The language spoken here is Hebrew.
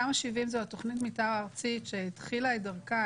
תמ"א 70 זו תוכנית המתאר הארצית שהתחילה את דרכה,